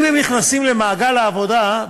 אם הם נכנסים למעגל העבודה,